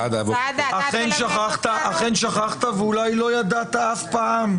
אולי תזכירו לנו.